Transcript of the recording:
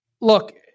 Look